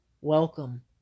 Welcome